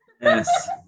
Yes